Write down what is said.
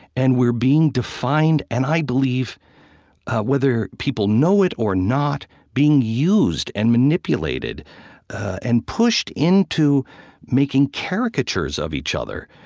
and we're being defined, and i believe whether people know it or not, being used used and manipulated and pushed into making caricatures of each other.